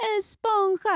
Esponja